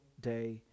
day